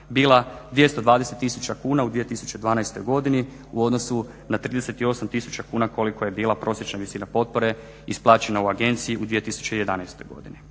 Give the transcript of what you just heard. bila 220000 kn u 2012. godini u odnosu na 38000 kn koliko je bila prosječna visina potpore isplaćena u agenciji u 2011. godini.